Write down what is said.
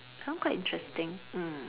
that one quite interesting mm